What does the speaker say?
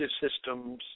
systems